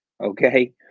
Okay